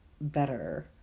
better